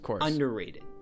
underrated